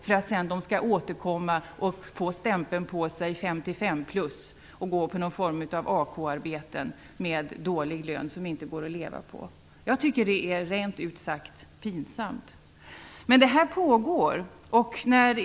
Sedan skall de återkomma och få stämpeln 55+ och gå på någon form av AK-arbeten med dålig lön som det inte går att leva på. Jag tycker rent ut sagt att det är pinsamt. Men det här pågår.